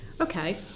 okay